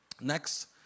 Next